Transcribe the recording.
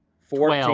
fourteen. and